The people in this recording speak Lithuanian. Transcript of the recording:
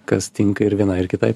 kas tinka ir vienai ar kitai